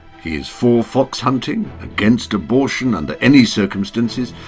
he is for foxhunting, against abortion under any circumstances,